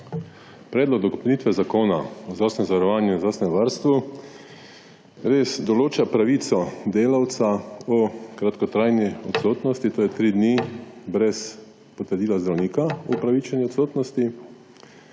Predlog dopolnitve zakona o zdravstvenem zavarovanju in zdravstvenem varstvu določa pravico delavca o kratkotrajni odsotnosti, to je 3 dni brez potrdila zdravnika o upravičeni odsotnosti.